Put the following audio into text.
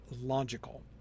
logical